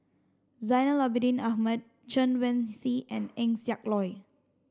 Zainal Abidin Ahmad Chen Wen Hsi and Eng Siak Loy